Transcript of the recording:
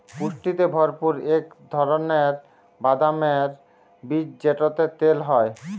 পুষ্টিতে ভরপুর ইক ধারালের বাদামের বীজ যেটতে তেল হ্যয়